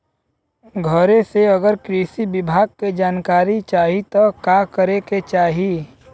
घरे से अगर कृषि विभाग के जानकारी चाहीत का करे के चाही?